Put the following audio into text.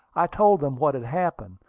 i told them what had happened.